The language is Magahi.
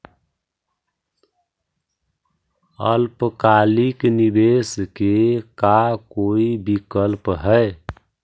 अल्पकालिक निवेश के का कोई विकल्प है?